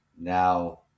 now